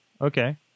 Okay